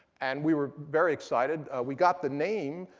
and we were very excited. we got the name.